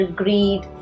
greed